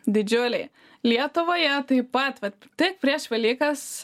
didžiuliai lietuvoje taip pat vat tik prieš velykas